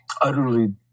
utterly